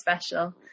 special